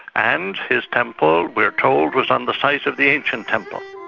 and his temple we are told, was on the site of the ancient temple.